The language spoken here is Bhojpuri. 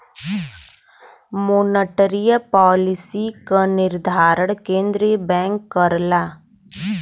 मोनेटरी पालिसी क निर्धारण केंद्रीय बैंक करला